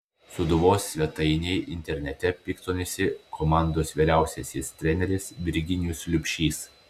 sūduvos svetainei internete piktinosi komandos vyriausiasis treneris virginijus liubšys